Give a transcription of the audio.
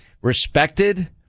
respected